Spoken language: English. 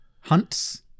Hunts